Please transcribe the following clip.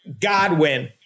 Godwin